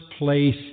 place